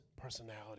personality